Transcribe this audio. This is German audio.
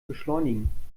beschleunigen